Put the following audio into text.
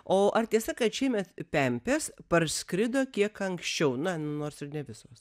o ar tiesa kad šiemet pempės parskrido kiek anksčiauna nors ir ne visos